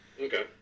Okay